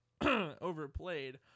overplayed